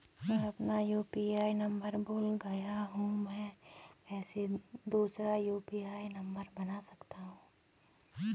मैं अपना UPI number भूल गया हूँ मैं कैसे दूसरा यु.पी.आई नम्बर बना सकता हूँ?